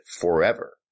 forever